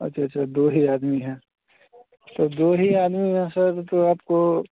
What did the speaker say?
अच्छा अच्छा दो ही आदमी हैं तो दो ही आदमी में सर तो आपको